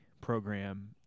program